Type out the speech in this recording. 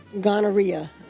Gonorrhea